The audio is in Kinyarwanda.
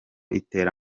itera